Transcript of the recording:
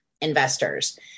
investors